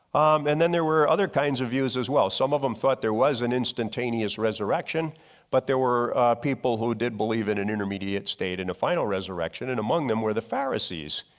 and then there were other kinds of views as well. some of them thought there was an instantaneous resurrection but there were people who did believe in an intermediate state in a final resurrection and among them were the pharisees.